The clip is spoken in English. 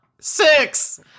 Six